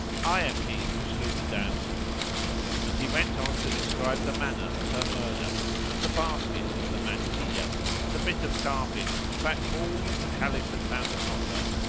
i am he who slew the damsel and he went on to describe the manner of her murder and the basket, the mantilla and the bit of carpet, in fact all that the caliph had found upon her.